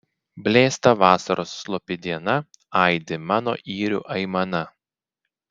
blėsta vasaros slopi diena aidi mano yrių aimana